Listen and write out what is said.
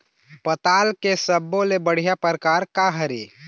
पताल के सब्बो ले बढ़िया परकार काहर ए?